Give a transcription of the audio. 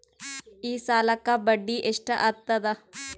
ಈ ಸಾಲಕ್ಕ ಬಡ್ಡಿ ಎಷ್ಟ ಹತ್ತದ?